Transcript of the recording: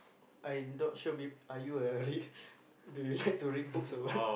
I not sure be~ are you a read do you like to read books or what